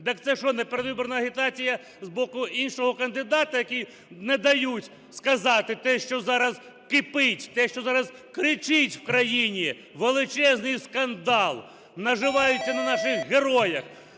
Так це що, не передвиборча агітація з боку іншого кандидата, які не дають сказати те, що зараз кипить, те, що зараз кричить в країні? Величезний скандал, наживаються на наших на